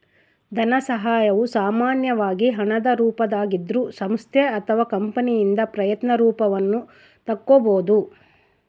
ಧನಸಹಾಯವು ಸಾಮಾನ್ಯವಾಗಿ ಹಣದ ರೂಪದಾಗಿದ್ರೂ ಸಂಸ್ಥೆ ಅಥವಾ ಕಂಪನಿಯಿಂದ ಪ್ರಯತ್ನ ರೂಪವನ್ನು ತಕ್ಕೊಬೋದು